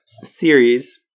series